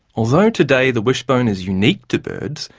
although today the wishbone is unique to birds,